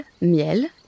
miel